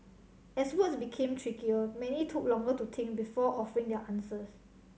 as words became trickier many took longer to think before offering their answers